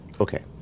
Okay